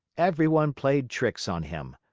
everyone played tricks on him.